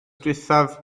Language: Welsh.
ddiwethaf